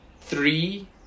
Three